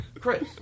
Chris